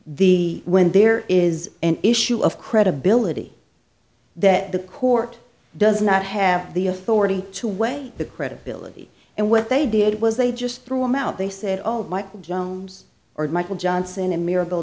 the when there is an issue of credibility that the court does not have the authority to weigh the credibility and what they did was they just threw him out they said all of michael jones or michael johnson and miracle